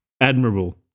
admirable